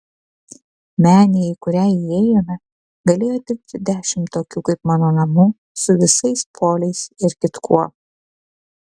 menėje į kurią įėjome galėjo tilpti dešimt tokių kaip mano namų su visais poliais ir kitkuo